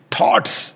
Thoughts